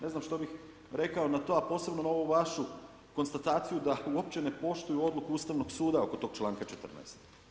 Ne znam što bih rekao na to, a posebno na ovu vašu konstataciju da uopće ne poštuju odluku Ustavnog suda oko tog članka 14.